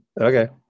Okay